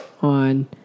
on